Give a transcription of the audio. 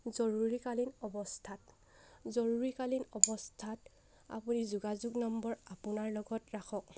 জৰুৰীকালীন অৱস্থাত জৰুৰীকালীন অৱস্থাত আপুনি যোগাযোগ নম্বৰ আপোনাৰ লগত ৰাখক